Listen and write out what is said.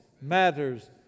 matters